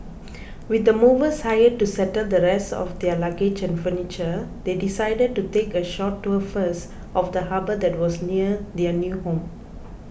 with the movers hired to settle the rest of their luggage and furniture they decided to take a short tour first of the harbour that was near their new home